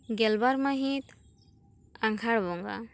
ᱜᱮᱞᱵᱟᱨ ᱢᱟᱹᱦᱤᱛ ᱟᱜᱷᱟᱲ ᱵᱚᱸᱜᱟ